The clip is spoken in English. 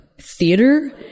theater